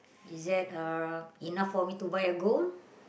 is that uh enough for me to buy a gold